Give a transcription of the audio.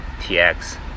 TX